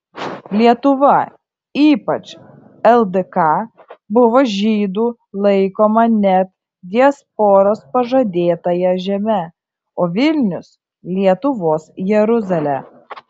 lietuva ypač ldk buvo žydų laikoma net diasporos pažadėtąja žeme o vilnius lietuvos jeruzale